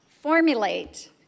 formulate